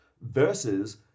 versus